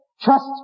Trust